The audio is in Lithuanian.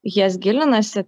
jas gilinasi